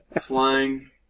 flying